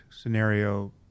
scenario